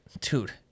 dude